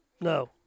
No